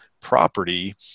property